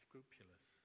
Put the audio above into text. scrupulous